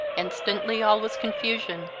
instantly all was confusion.